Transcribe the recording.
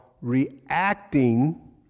reacting